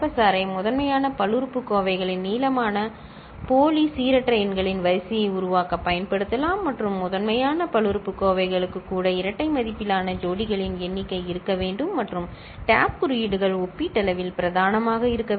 ஆரைப் முதன்மையான பல்லுறுப்புக்கோவைகளின் நீளமான போலி சீரற்ற எண்களின் வரிசையை உருவாக்க பயன்படுத்தலாம் மற்றும் முதன்மையான பல்லுறுப்புக்கோவைகளுக்கு கூட இரட்டை மதிப்பிலான ஜோடிகளின் எண்ணிக்கை இருக்க வேண்டும் மற்றும் டேப் குறியீடுகள் ஒப்பீட்டளவில் பிரதானமாக இருக்க வேண்டும்